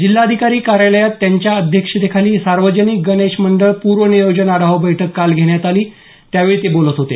जिल्हाधिकारी कार्यालयात त्यांच्या अध्यक्षतेखाली सार्वजनिक गणेश मंडळ पूर्वनियोजन आढावा बैठक काल घेण्यात आली त्यावेळी ते बोलत होते